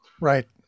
Right